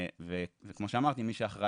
כמו שאמרתי,